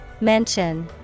Mention